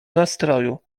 nastroju